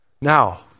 now